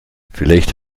vielleicht